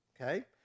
okay